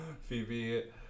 Phoebe